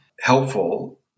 helpful